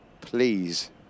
Please